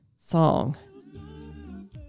song